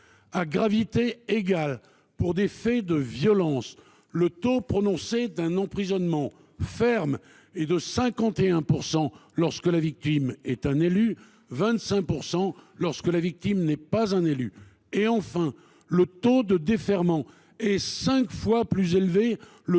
À gravité égale, pour des faits de violences, le taux de prononcé d’un emprisonnement ferme est de 51 % lorsque la victime est un élu, de 25 % lorsque la victime n’est pas un élu. Le taux de défèrement est cinq fois plus élevé, le